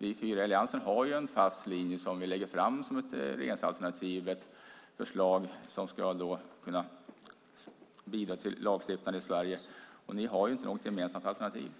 Vi fyra i Alliansen har en fast linje som vi lägger fram som ett regeringsalternativ och ett förslag som skulle kunna bidra till lagstiftning i Sverige. Ni har inget gemensamt alternativ.